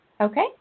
Okay